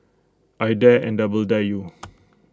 I dare and double dare you